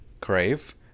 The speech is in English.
Crave